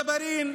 אחמד ג'בארין,